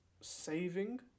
saving